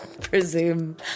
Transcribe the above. presume